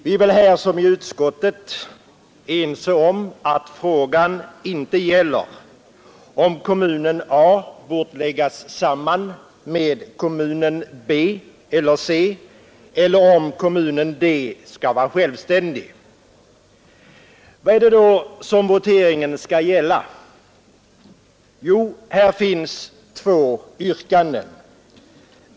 Vi är väl — här som i utskottet — ense om att frågan inte gäller om kommunen A bort läggas samman med kommunen B eller C eller om kommunen D skall vara självständig. Vad är det då som voteringen skall gälla? Det finns två yrkanden.